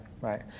Right